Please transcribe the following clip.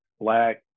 black